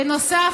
בנוסף,